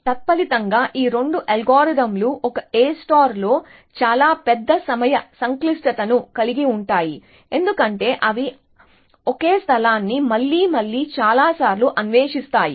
తత్ఫలితంగా ఈ రెండు అల్గోరిథంలు ఒక A లో చాలా పెద్ద సమయ సంక్లిష్టతను కలిగి ఉంటాయి ఎందుకంటే అవి ఒకే స్థలాన్ని మళ్లీ మళ్లీ చాలాసార్లు అన్వేషిస్తాయి